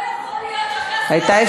לא יכול להיות שאחרי,